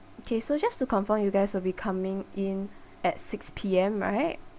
okay so just to confirm you guys will be coming in at six P_M right